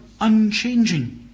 unchanging